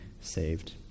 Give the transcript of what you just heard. saved